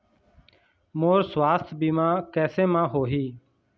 मोर सुवास्थ बीमा कैसे म होही?